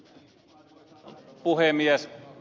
arvoisa puhemies